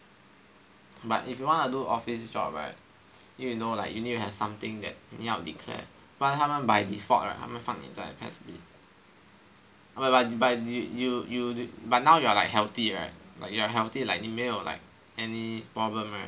but if you want to do office job right you know that you need to have something that 你要 declare 不然他们 by default right 他们放你在 PES b but you you you but now you are like healthy right like you are healthy like 你没有 like any problem right